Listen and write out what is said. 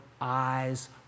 eyes